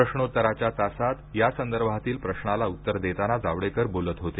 प्रश्नोत्तराच्या तासात या संदर्भातील प्रश्नाला उत्तर देताना जावडेकर बोलत होते